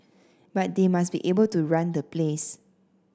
but they must be able to run the place